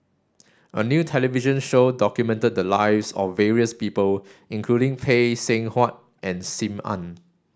a new television show documented the lives of various people including Phay Seng Whatt and Sim Ann